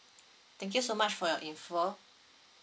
thank you so much for your info